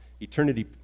eternity